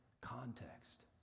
context